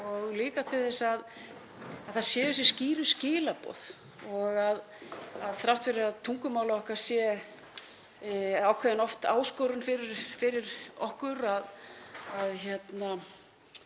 líka til þess að það séu þessi skýru skilaboð. Þrátt fyrir að tungumál okkar sé oft ákveðin áskorun fyrir okkur að